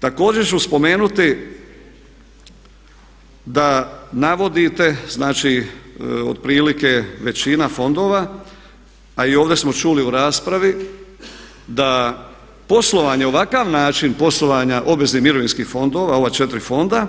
Također ću spomenuti da navodite, znači otprilike većina fondova a i ovdje smo čuli u raspravi da poslovanje, na ovakav način poslovanja obveznih mirovinskih fondova, ova četiri fonda